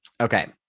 Okay